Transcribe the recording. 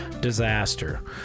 disaster